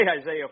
Isaiah